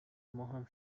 ماهم